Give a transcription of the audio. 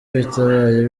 bitabaye